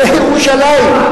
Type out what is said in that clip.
זה ירושלים.